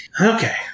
Okay